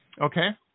Okay